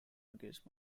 against